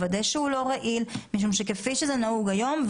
לוודא שהוא לא רעיל משום שכפי שזה נהוג היום,